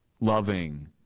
loving